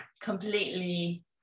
completely